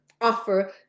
offer